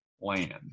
land